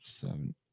seven